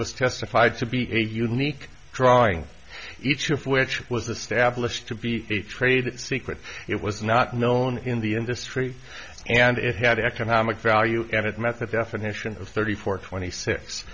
was testified to be a unique drawing each of which was established to be a trade secret it was not known in the industry and it had economic value added method definition of thirty four twenty six